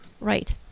Right